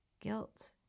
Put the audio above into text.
guilt